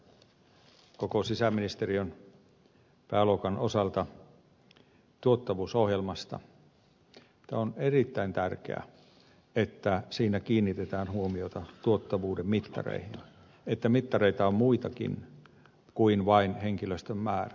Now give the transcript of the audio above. lopuksi totean koko sisäministeriön pääluokan osalta tuottavuusohjelmasta että on erittäin tärkeää että siinä kiinnitetään huomiota tuottavuuden mittareihin että mittareita on muitakin kuin vain henkilöstön määrä